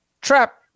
Trap